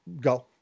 go